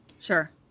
sure